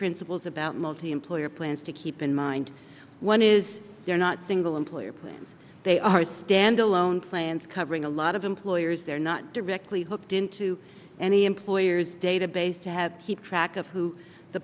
principles about multiemployer plans to keep in mind one is they're not single employer plans they are standalone plans covering a lot of employers they're not directly hooked into any employer's database to have keep track of who the